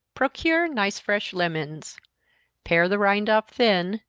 procure nice fresh lemons pare the rind off thin,